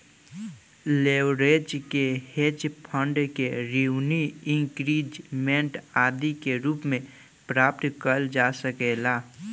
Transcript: leverage के hedge fund renew increment आदि के रूप में प्राप्त कईल जा सकेला